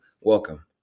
welcome